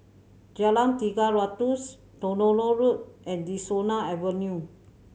Jalan Tiga Ratus Tronoh Road and De Souza Avenue